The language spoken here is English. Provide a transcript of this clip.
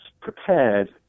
prepared